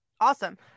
awesome